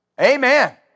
Amen